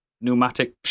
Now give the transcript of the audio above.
pneumatic